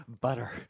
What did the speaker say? butter